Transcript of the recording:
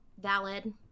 Valid